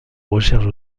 recherche